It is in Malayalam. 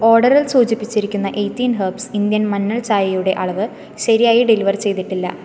ഓർഡറിൽ സൂചിപ്പിച്ചിരിക്കുന്ന എയ്റ്റീൻ ഹെർബ്സ് ഇന്ത്യൻ മഞ്ഞൾ ചായയുടെ അളവ് ശരിയായി ഡെലിവർ ചെയ്തിട്ടില്ല